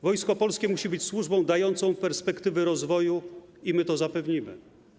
Wojsko Polskie musi być służbą dającą perspektywy rozwoju i my to zapewnimy.